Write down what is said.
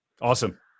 Awesome